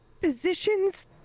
positions